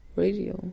radio